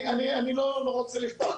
אני לא רוצה לפתוח,